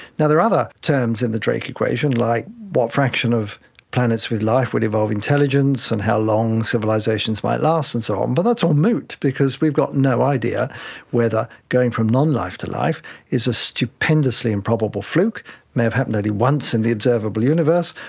now, there are other terms in the drake equation, like what fraction of planets with life would evolve intelligence and how long civilisations might last and so on, but that's all moot because we've got no idea whether going from nonlife to life is a stupendously improbable fluke, it may have happened only once in the observable universe,